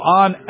on